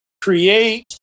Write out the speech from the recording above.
create